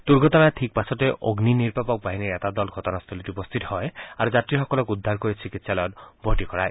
দুৰ্ঘটনাৰ ঠিক পাছতে অগ্নিনিৰ্বাপক বাহিনীৰ এটা দল ঘটনাস্থলীত উপস্থিত হয় আৰু যাত্ৰীসকলক উদ্ধাৰ কৰি চিকিৎসালয়ত ভৰ্তি কৰায়